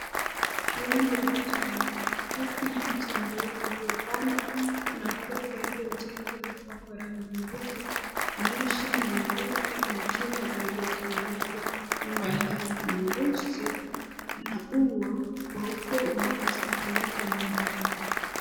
Kuwanja ambacho kina nyasi fupi na mti mrefu uliopandwa kuna ghorofa iliyojengwa na kupakwa rangi nyeupe. Dirisha ni nyeupe na chungwa linalotengeza nyumba hiyo nyeusi. Kuna ua weupe unazozunguka nyumba hiyo.